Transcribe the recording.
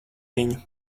viņu